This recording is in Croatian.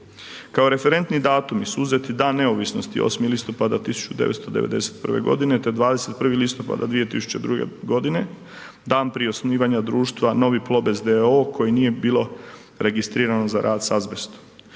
Kao referentni datumi su uzeti Dan neovisnosti, 8. listopada 1991. g. te 21. listopada 2002. g., dan prije osnivanja društva Novi Plobest d.o.o. koji nije bilo registrirano za rad s azbestom.